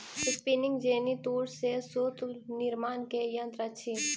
spinning jenny तूर से सूत निर्माण के यंत्र अछि